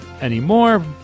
anymore